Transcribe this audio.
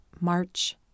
March